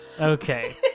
okay